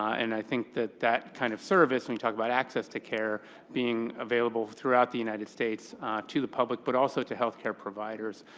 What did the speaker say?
and i think that that kind of service, when you talk about access to care being available throughout the united states to the public, but also to health care providers.